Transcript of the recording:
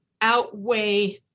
outweigh